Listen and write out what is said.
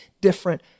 different